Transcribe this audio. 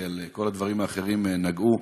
כי בכל הדברים האחרים נגעו.